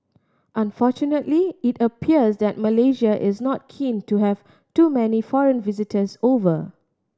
unfortunately it appears that Malaysia is not keen to have too many foreign visitors over